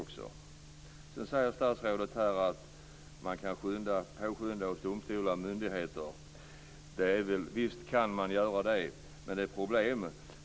Statsrådet säger att domstolar och myndigheter kan påskynda förfarandet. Visst kan de göra det, men det finns problem.